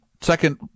second